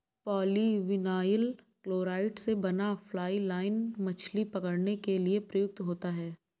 polyvinyl chloride से बना fly line मछली पकड़ने के लिए प्रयुक्त होता है